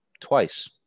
Twice